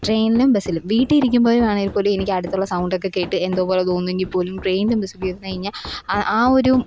ട്രെയിനും ബസ്സിലും വീട്ടിൽ ഇരിക്കുമ്പോഴും ആണെങ്കിൽ പോലും എനിക്ക് അടുത്തുള്ള സൗണ്ടൊക്കെ കേട്ടു എന്തോ പോലെ തോന്നുമെങ്കിൽ പോലും ട്രെയിനിലും ബസ്സിലും ഇരിന്ന് കഴിഞ്ഞ ആ ആ ഒരു